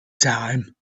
time